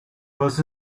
was